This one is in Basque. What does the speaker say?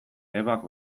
ebak